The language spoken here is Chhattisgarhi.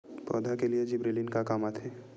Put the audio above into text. पौधा के लिए जिबरेलीन का काम आथे?